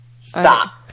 stop